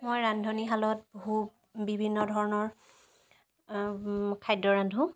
মই ৰান্ধনিশালত বহু বিভিন্ন ধৰণৰ খাদ্য ৰান্ধোঁ